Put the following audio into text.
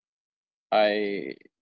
I